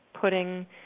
putting